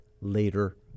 later